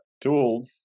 tool